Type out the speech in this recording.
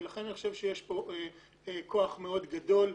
ולכן אני חושב שיש פה כוח מאוד גדול.